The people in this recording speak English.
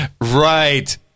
Right